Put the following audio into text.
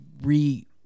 re